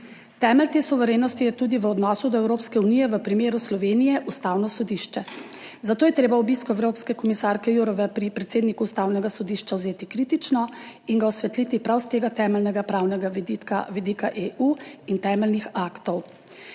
Temelj te suverenosti je tudi v odnosu do Evropske unije v primeru Slovenije Istavno sodišče, zato je treba obisk evropske komisarke Jourove pri predsedniku Ustavnega sodišča vzeti kritično in ga osvetliti prav s tega temeljnega pravnega vidika, vidika EU in temeljnih aktov.